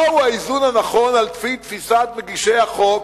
מהו האיזון הנכון, על-פי תפיסת מגישי החוק,